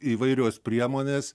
įvairios priemonės